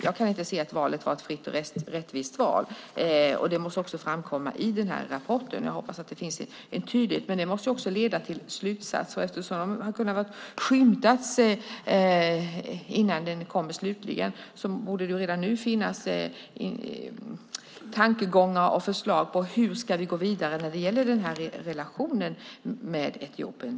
Jag kan inte se att valet var ett fritt och rättvist val. Det måste också framkomma i den här rapporten. Jag hoppas det finns en tydlighet där. Den måste också leda till slutsatser. Eftersom de har kunnat skymtas innan den slutligen kommer borde det redan nu finnas tankegångar och förslag på hur vi ska gå vidare när det gäller relationen med Etiopien.